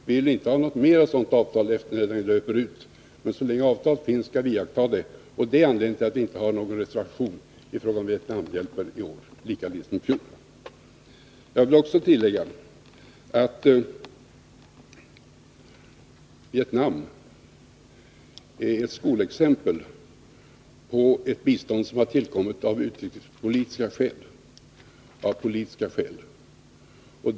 Vi vill inte att något ytterligare sådant avtal kommer till stånd när det nu träffade löper ut, men så länge avtalet finns skall vårt land iaktta det. Det är anledningen till att vi i år lika litet som i fjol har avgivit någon reservation i fråga om Vietnamhjälpen. Jag vill slutligen tillägga att Vietnambiståndet är ett skolexempel på ett bistånd som tillkommit av politiska skäl.